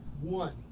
one